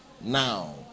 now